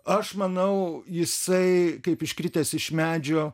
aš manau jisai kaip iškritęs iš medžio